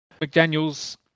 McDaniels